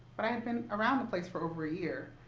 but i had been around the place for over a year.